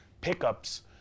pickups